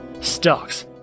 stocks